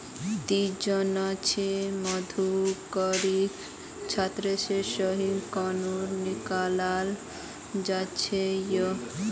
ती जानछि मधुमक्खीर छत्ता से शहद कंन्हे निकालाल जाच्छे हैय